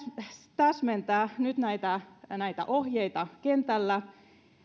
täsmentää nyt näitä näitä ohjeita kentällä